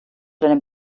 dem